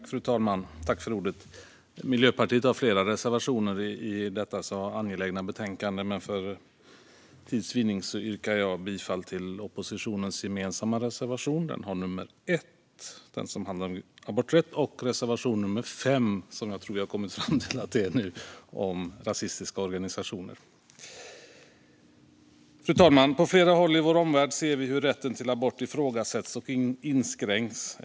Fru talman! Miljöpartiet har flera reservationer i detta angelägna betänkande. Men för tids vinning yrkar jag bifall bara till två - till oppositionens gemensamma reservation, nummer 1, som handlar om aborträtt, och till reservation nummer 5, som handlar om rasistiska organisationer. Fru talman! På flera håll i vår omvärld ser vi hur rätten till abort ifrågasätts och inskränks.